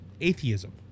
atheism